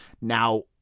Now